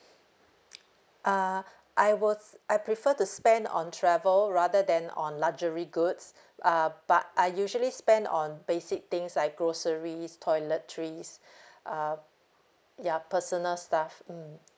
uh I was I prefer to spend on travel rather than on luxury goods uh but I usually spend on basic things like groceries toiletries uh ya personal stuff mm